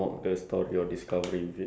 awful thing ya